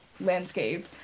landscape